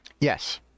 yes